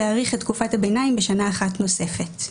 להאריך את תקופת הביניים בשנה אחת נוספת.".